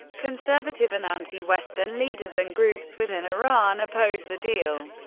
conservative, and anti-western leaders and groups within iran oppose the deal.